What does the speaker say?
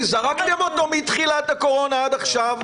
זרקתם אותו מתחילת הקורונה עד עכשיו.